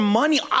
money